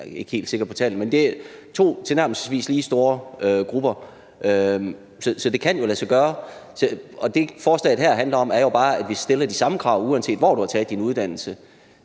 jeg ikke helt sikker på tallene – men det er to tilnærmelsesvis lige store grupper; så det kan jo lade sig gøre. Og det, forslaget her handler om, er jo bare, at vi stiller de samme krav, uanset hvor du har taget din uddannelse,